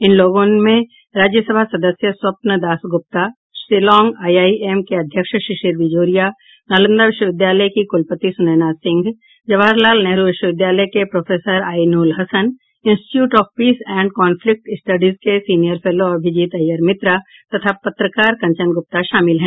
इन लोगों में राज्यसभा सदस्य Swapandas Gupta Shillong I I M के अध्यक्ष शिशिर बजोरिया नालंदा विश्वविद्यालय की कुलपति सुनैना सिंह जवाहरलाल नेहरु विश्वविद्यालय के professor Ainul Hasan institute of peace and conflict studies के सीनियर फेलो अभिजीत अय्यर मित्रा तथा पत्रकार कंचन गुप्ता शामिल है